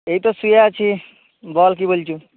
এই তো শুয়ে আছি বল কি বলছিস